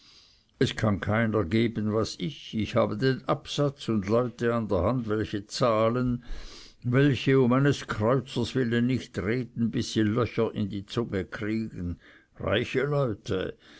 es kann keiner geben was ich ich habe den absatz und leute an der hand welche zahlen welche um eines kreuzers willen nicht reden bis sie löcher in die zunge kriegen reiche leute